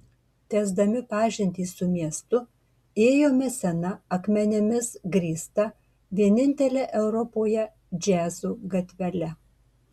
tęsdami pažintį su miestu ėjome sena akmenimis grįsta vienintele europoje džiazo gatvele